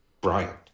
Bryant